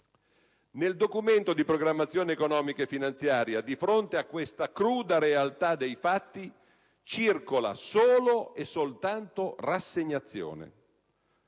Nel Documento di programmazione economico-finanziaria di fronte a questa cruda realtà dei fatti circola solo e soltanto rassegnazione.